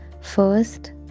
first